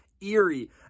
eerie